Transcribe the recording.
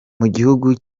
mugihugu